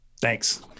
thanks